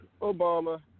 Obama